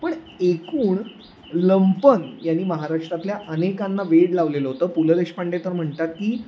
पण एकूण लंपन याने महाराष्ट्रातल्या अनेकांना वेड लावलेलं होतं पु ल देशपांडे तर म्हणतात की